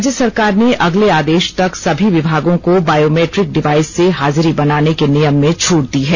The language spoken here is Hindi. राज्य सरकार ने अगले आदेश तक सभी विभागों को बायोमेट्रिक डिवाइस से हाजिरी बनाने के नियम में छूट दी है